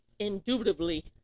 Indubitably